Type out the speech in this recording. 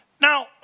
now